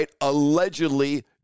allegedly